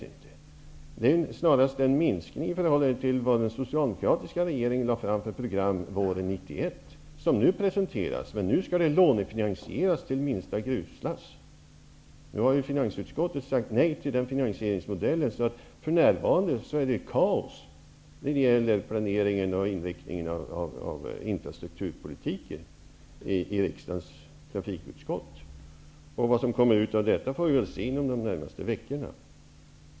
De representerar snarast en minskning i förhållande till det program som den socialdemokratiska regeringen lade fram på våren 1991 och som nu presenteras igen. Men nu skall de lånefinansieras ned till minsta gruslass. Finansutskottet har nu sagt nej till den finansieringsmodellen, och det är därför för närvarande kaos när det gäller planeringen och inriktningen av infrastrukturpolitiken i riksdagens trafikutskott. Vad som kommer ut av detta får vi väl se under de närmaste veckorna.